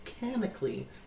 mechanically